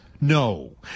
no